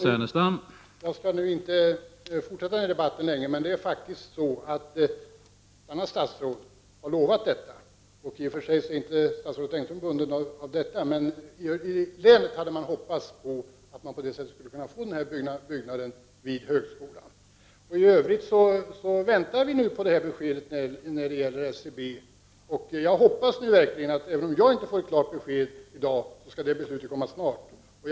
Herr talman! Jag skall inte fortsätta den här debatten längre. men det är faktiskt så att ett annat statsråd har lovat detta. I och för sig är inte statsrådet Engström bunden av det, men i Örebro län hade man hoppats att på det sättet få den här byggnaden vid högskolan. I övrigt väntar vi nu på detta besked när det gäller SCB. Jag hoppas verkligen, även om jag inte får ett klart besked i dag. att det beslutet skall komma snart.